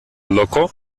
loco